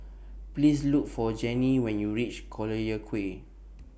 Please Look For Janie when YOU REACH Collyer Quay